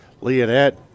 Leonette